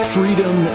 Freedom